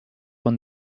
when